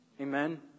Amen